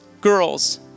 girls